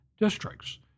districts